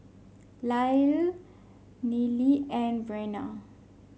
Lyle Nealie and Brenna